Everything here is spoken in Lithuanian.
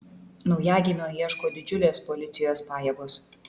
naujagimio ieško didžiulės policijos pajėgos